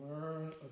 Learn